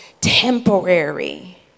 temporary